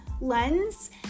lens